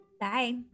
bye